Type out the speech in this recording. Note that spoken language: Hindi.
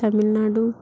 तमिल नाडु